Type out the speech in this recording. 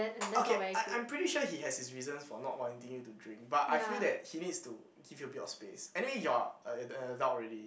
okay I I'm pretty sure he has his reasons for not wanting you to drink but I feel that he needs to give you a bit of space anyway you're a a adult already